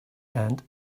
and